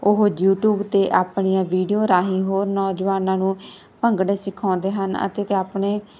ਉਹ ਯੂਟੀਊਬ 'ਤੇ ਆਪਣੀਆਂ ਵੀਡੀਓ ਰਾਹੀਂ ਹੋਰ ਨੌਜਵਾਨਾਂ ਨੂੰ ਭੰਗੜੇ ਸਿਖਾਉਂਦੇ ਹਨ ਅਤੇ ਆਪਣੇ